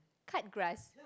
cut grass